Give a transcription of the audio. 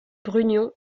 brugnon